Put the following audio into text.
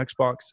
Xbox